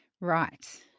Right